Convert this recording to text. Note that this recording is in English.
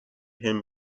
him